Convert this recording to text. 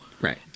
Right